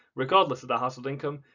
regardless of their household income,